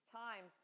time